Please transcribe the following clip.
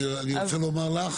אני רוצה לומר לך